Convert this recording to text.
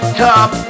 top